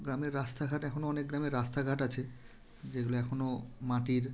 গ্রামের রাস্তাঘাট এখনও অনেক গ্রামের রাস্তাঘাট আছে যেগুলো এখনও মাটির